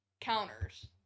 counters